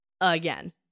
again